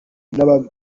wine